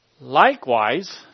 Likewise